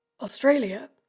Australia